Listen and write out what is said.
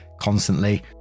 constantly